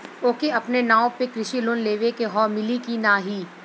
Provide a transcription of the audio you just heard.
ओके अपने नाव पे कृषि लोन लेवे के हव मिली की ना ही?